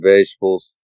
vegetables